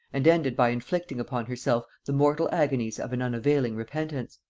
and ended by inflicting upon herself the mortal agonies of an unavailing repentance.